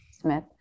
Smith